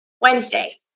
wednesday